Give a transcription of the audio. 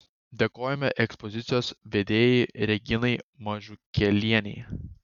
dėkojame ekspozicijos vedėjai reginai mažukėlienei